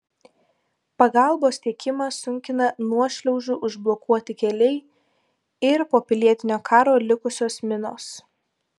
pagalbos tiekimą sunkina nuošliaužų užblokuoti keliai ir po pilietinio karo likusios minos